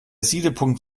siedepunkt